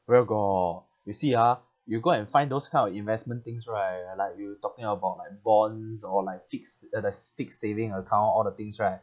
where got orh you see ah you go and find those kind of investment things right like we were talking about like bonds or like fix uh the s~ fixed saving account all the things right